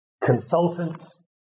consultants